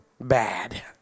bad